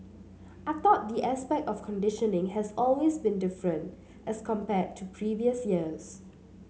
I thought the aspect of conditioning has always been different as compared to previous years